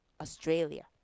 Australia